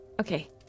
Okay